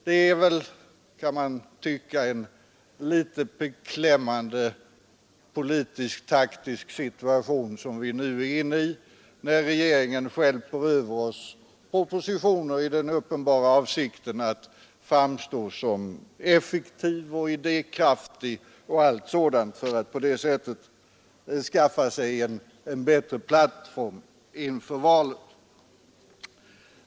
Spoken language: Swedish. Det är — kan man tycka — en något beklämmande politisk-taktisk situation vi nu befinner oss i, när regeringen stjälper över oss propositioner i den uppenbara avsikten att framstå som effektiv och idékraftig för att på det sättet skaffa sig en bättre plattform inför valet.